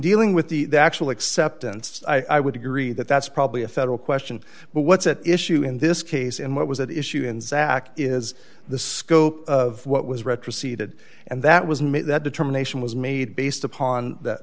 dealing with the actual acceptance i would agree that that's probably a federal question but what's at issue in this case and what was at issue in sac is the scope of what was retro seated and that was made that determination was made based upon the